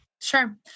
Sure